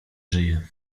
żyje